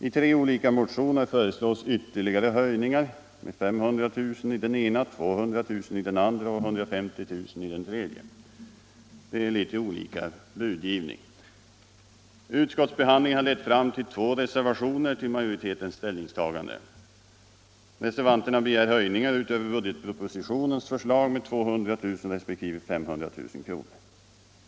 I tre olika motioner föreslås ytterligare 500 000 kr. i den ena, 200 000 kr. i den andra och 150 000 kr. i den tredje — alltså litet olika budgivning. Utskottsbehandlingen har lett fram till två reservationer till majoritetens ställningstagande. Reservanterna begär höjningar utöver budgetpropositionens förslag med 200000 respektive 500 000 kr.